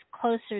closer